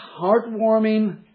heartwarming